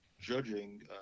judging